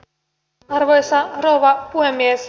arvoisa rouva puhemies